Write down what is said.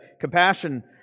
compassion